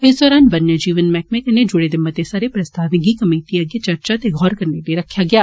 इस दौरान वन्य जीवन मैहकमे कन्नै जुडे दे मते सारे प्रस्तावें गी कमेटी अग्गै चर्चा ते गौर करने लेई रक्खेआ गेआ